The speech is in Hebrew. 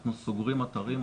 אנחנו סוגרים אתרים,